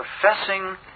professing